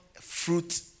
fruit